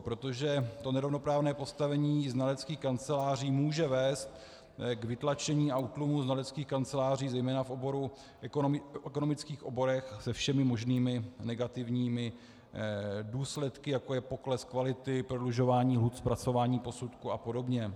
Protože to nerovnoprávné postavení znaleckých kanceláří může vést k vytlačení a útlumu znaleckých kanceláří zejména v ekonomických oborech se všemi možnými negativními důsledky, jako je pokles kvality, prodlužování lhůt, zpracování posudků apod.